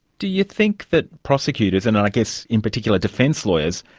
do you think that prosecutors, and i guess in particular defence lawyers,